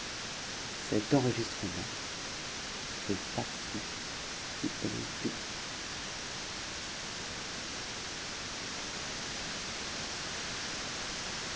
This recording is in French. suis partie du